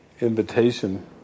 invitation